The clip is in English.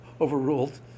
overruled